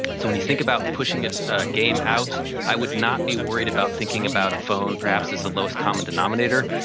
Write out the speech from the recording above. so when you think about pushing a game out, i would not be worried about thinking about a phone perhaps as the lowest common denominator.